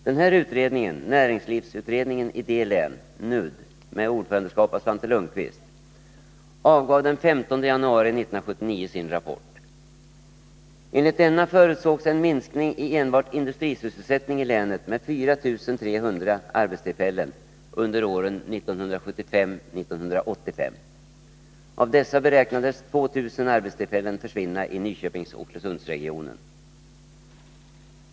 Den här utredningen, näringslivsutredningen i D-län , under ordförandeskap av Svante Lundkvist, avgav den 15 januari 1979 sin rapport.